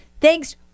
thanks